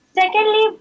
Secondly